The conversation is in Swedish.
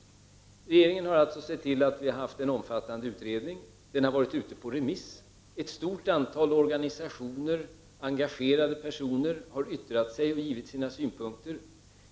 Regeringen har alltså sett till att vi fått en omfattande utredning. Denna har varit ute på remiss. Ett stort antal organisationer och engagerade personer har yttrat sig och givit sina synpunkter.